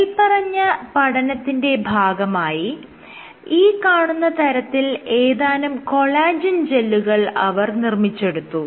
മേല്പറഞ്ഞ പഠനത്തിന്റെ ഭാഗമായി ഈ കാണുന്ന തരത്തിൽ ഏതാനും കൊളാജെൻ ജെല്ലുകൾ അവർ നിർമ്മിച്ചെടുത്തു